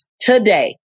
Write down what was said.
today